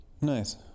Nice